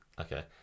Okay